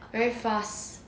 very fast